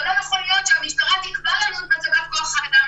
אבל לא יכול להיות שהמשטרה תקבע לנו את מצבת כוח האדם